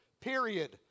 period